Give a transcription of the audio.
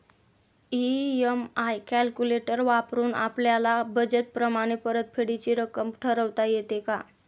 EMI calculator वापरून आपापल्या budget प्रमाणे परतफेडीची रक्कम ठरवता येते का?